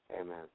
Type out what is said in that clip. Amen